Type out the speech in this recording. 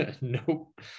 Nope